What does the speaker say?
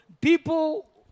people